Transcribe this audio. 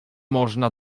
można